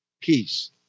peace